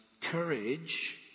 courage